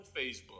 Facebook